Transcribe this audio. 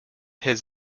his